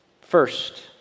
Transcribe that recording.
First